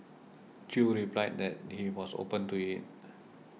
Chew replied that he was open to it